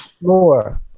more